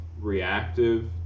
reactive